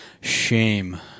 Shame